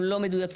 הם לא מדויקים,